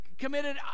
committed